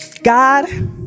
God